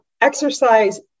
exercise